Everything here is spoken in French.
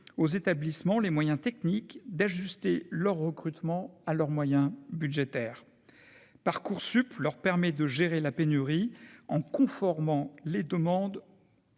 aux établissements les moyens techniques d'ajuster leur recrutement à leurs moyens budgétaires Parcoursup leur permet de gérer la pénurie en conformant les demandes